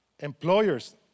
Employers